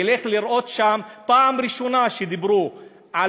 ילך לראות שם: הפעם הראשונה שדיברו על